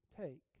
take